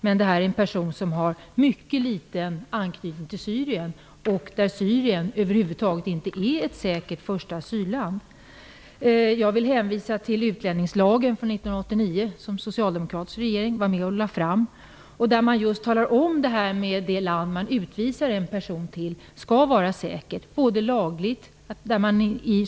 Men det gäller en person som har en mycket liten anknytning till Syrien. Syrien är över huvud taget inte ett säkert första asylland. Jag vill hänvisa till utlänningslagen från 1989, som en socialdemokratisk regering lade fram förslag om. Där nämns just detta att det land man utvisar en person till skall vara säkert, bl.a. lagligt sett.